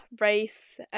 race